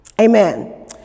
Amen